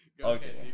Okay